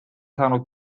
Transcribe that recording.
saanud